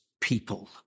people